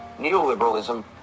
Neoliberalism